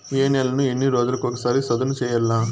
ఏ నేలను ఎన్ని రోజులకొక సారి సదును చేయల్ల?